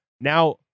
Now